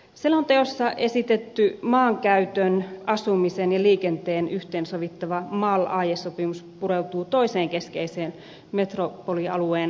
selonteossa esitetty maankäytön asumisen ja liikenteen yhteensovittava mal aiesopimus pureutuu toiseen keskeiseen metropolialueen heikkouteen